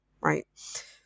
right